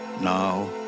Now